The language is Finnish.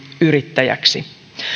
yrittäjäksi